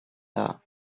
that